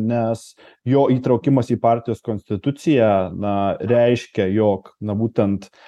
nes jo įtraukimas į partijos konstituciją na reiškia jog na būtent